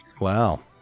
Wow